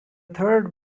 third